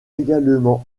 également